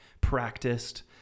practiced